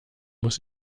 muss